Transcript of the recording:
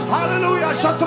Hallelujah